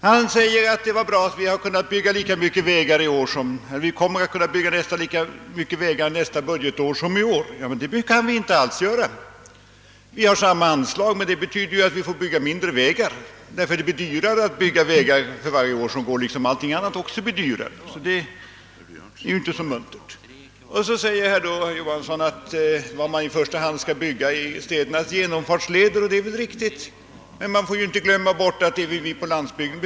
Han säger att vi kommer att kunna bygga ungefär lika mycket vägar nästa budgetår som vi byggt i år. Nej, det kan vi inte alls! Anslaget är detsamma, men det betyder i realiteten att vägbyggandet blir mindre, ty det blir dyrare att bygga för varje år — liksom allt annat blir dyrare. Det är ju inte så muntert. Herr Johansson i Norrköping sade också att vad vi i första hand skall bygga är genomfartsleder i städerna, och det är väl riktigt. Men vi skall inte glömma att man behöver vägar även på landsbygden.